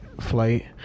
flight